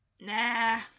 nah